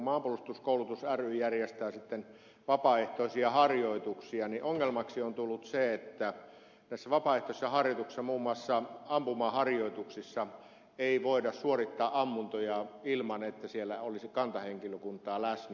kun maanpuolustuskoulutusyhdistys järjestää vapaaehtoisia harjoituksia ongelmaksi on tullut se että näissä vapaaehtoisissa harjoituksissa muun muassa ampumaharjoituksissa ei voida suorittaa ammuntoja ilman että siellä olisi kantahenkilökuntaa läsnä